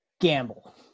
gamble